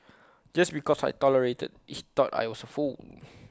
just because I tolerated he thought I was A fool